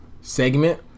segment